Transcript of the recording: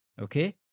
Okay